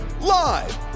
live